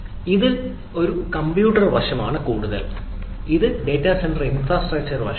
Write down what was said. ഇത് അതിന്റെ കമ്പ്യൂട്ട് വശത്താണ് കൂടുതൽ ഇത് ഡാറ്റാ സെന്റർ ഇൻഫ്രാസ്ട്രക്ചർ വശമാണ്